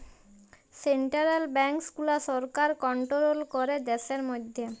central banks গুলা সরকার control ক্যরে দ্যাশের ম্যধে